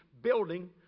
building